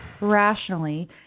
rationally